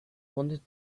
wanted